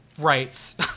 rights